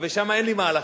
ושם אין לי מהלכים.